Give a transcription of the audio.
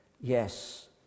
Yes